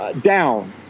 down